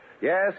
Yes